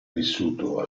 vissuto